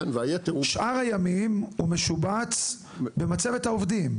בשאר הימים הוא משובץ במצבת העובדים.